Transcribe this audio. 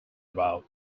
about